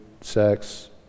sex